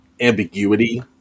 ambiguity